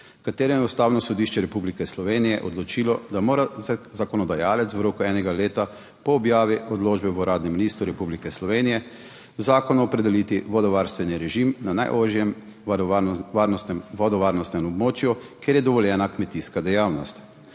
kateri je Ustavno sodišče Republike Slovenije odločilo, da mora zakonodajalec v roku enega leta po objavi odločbe v Uradnem listu Republike Slovenije v zakonu opredeliti vodovarstveni režim na najožjem vodovarstvenem območju, kjer je dovoljena kmetijska dejavnost,